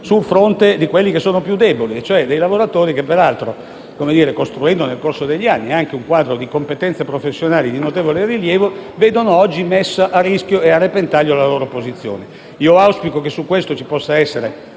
sul fronte di quelli che sono più deboli, e cioè dei lavoratori che peraltro, costruendo nel corso degli anni un quadro di competenze professionali di notevole rilievo, vedono oggi messa in difficoltà la loro posizione. Auspico che su questo ci possano essere